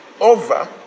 Over